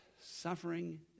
suffering